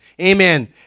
amen